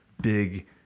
big